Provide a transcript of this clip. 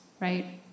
right